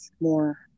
more